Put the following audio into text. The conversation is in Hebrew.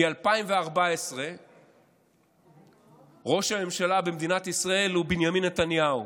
מ-2014 ראש הממשלה במדינת ישראל הוא בנימין נתניהו,